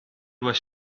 was